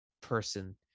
person